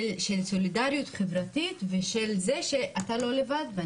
מסר של סולידריות חברתית ושל זה שאף אחד לא לבד.